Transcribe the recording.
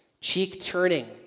cheek-turning